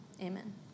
Amen